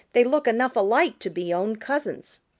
they look enough alike to be own cousins.